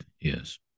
yes